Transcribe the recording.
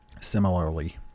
similarly